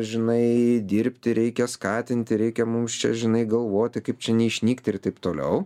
žinai dirbti reikia skatinti reikia mums čia žinai galvoti kaip čia neišnykti ir taip toliau